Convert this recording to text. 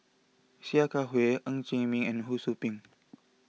Sia Kah Hui Ng Chee Meng and Ho Sou Ping